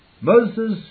Moses